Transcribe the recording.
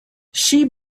she